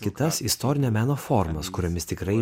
kitas istorinio meno formas kuriomis tikrai